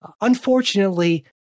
unfortunately